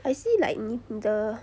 I see like 你你的